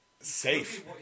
safe